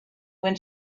when